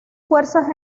fuerzas